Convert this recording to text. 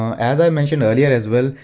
as i mentioned earlier as well,